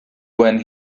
when